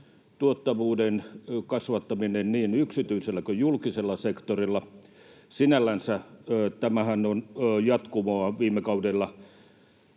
tuottavuuden kasvattaminen niin yksityisellä kuin julkisella sektorilla. Sinällänsä tämähän on jatkumoa viime kaudella